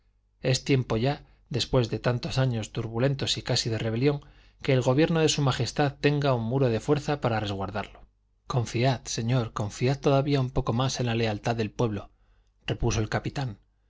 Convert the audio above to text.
es tiempo ya después de tantos años turbulentos y casi de rebelión que el gobierno de su majestad tenga un muro de fuerza para resguardarlo confiad señor confiad todavía un poco más en la lealtad del pueblo repuso el capitán